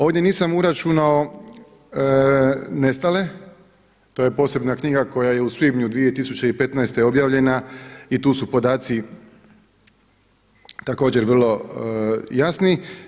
Ovdje nisam uračunao nestale, to je posebna knjiga koja je u svibnju 2015. objavljena i tu su podaci također vrlo jasni.